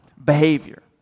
Behavior